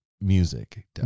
music